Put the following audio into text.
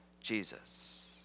Jesus